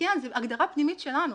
כן, זו הגדרה פנימית שלנו